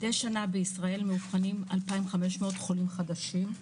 מדי שנה בישראל מאובחנים 2,500 חולים חדשים.